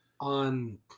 on